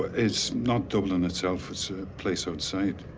it's not dublin itself. it's a place outside.